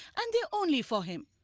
and they're only for him!